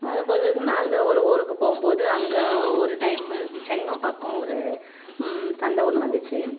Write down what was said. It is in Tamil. அதுபோல் நாங்கள் ஒரு ஊருக்கு போகும்போது அங்கே ஒரு டைமு செங்கம் பக்கம் ஒரு சண்டை ஒன்று வந்துச்சு